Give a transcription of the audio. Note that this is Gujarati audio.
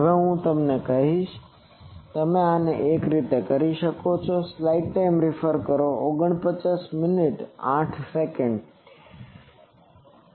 તેથી હવે હું તમને કહીશ કે કેવી રીતે એક પછી એક તમે કરી શકો છો